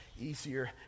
easier